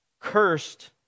cursed